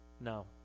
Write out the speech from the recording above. No